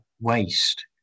waste